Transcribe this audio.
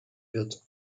wird